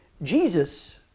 Jesus